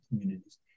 communities